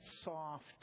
soft